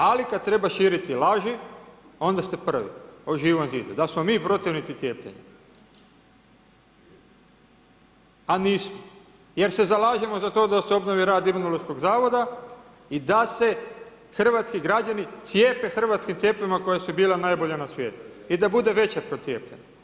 Ali, kada treba širiti laži, onda ste prvi o Živom zidu, da smo mi protivnici cijepljenja, a nismo, jer se zalažemo za to, da se obnovi rad Imunološkog zavoda i da se hrvatski građani cijepe hrvatskim cjepivima koja su bila najbolja na svijetu i da bude veća procijepljenost.